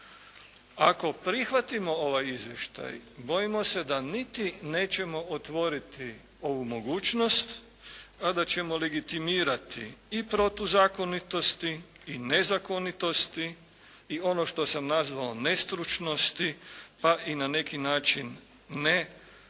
Ako prihvatimo ovaj izvještaj bojimo se da niti nećemo otvoriti ovu mogućnost kada ćemo legitimirati i protuzakonitosti i nezakonitosti i ono što sam nazvao nestručnosti pa na neki način i nesuvislosti,